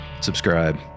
subscribe